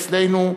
אצלנו,